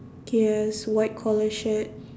he has white collar shirt